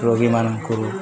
ରୋଗୀମାନଙ୍କୁ